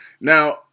Now